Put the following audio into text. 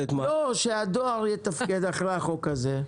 שהדואר יתפקד אחרי החוק הזה,